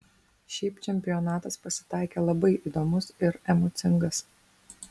šiaip čempionatas pasitaikė labai įdomus ir emocingas